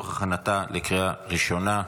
לצורך הכנתה לקריאה ראשונה.